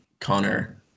Connor